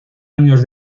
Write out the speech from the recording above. años